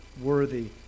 worthy